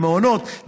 למעונות,